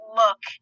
look